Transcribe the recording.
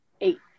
eight